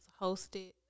hosted